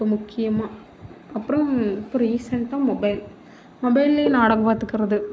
இப்போது முக்கியமாக அப்புறம் ரீசண்டாக மொபைல் மொபைலேயே நாடகம் பார்த்துக்குறது